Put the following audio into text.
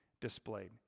displayed